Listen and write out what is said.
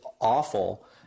awful